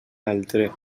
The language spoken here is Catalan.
altre